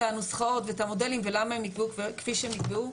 הנוסחאות ואת המודלים ולמה הם נקבעו כפי שהם נקבעו.